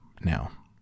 Now